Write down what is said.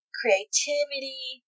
creativity